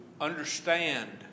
understand